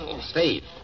Steve